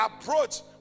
approach